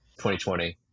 2020